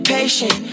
Patient